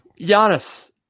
Giannis